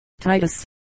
Titus